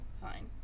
fine